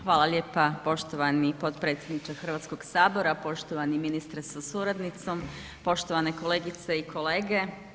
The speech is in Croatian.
Hvala lijepa poštovani potpredsjedniče Hrvatskoga sabora, poštovani ministre sa suradnicom, poštovane kolegice i kolege.